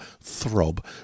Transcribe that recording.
throb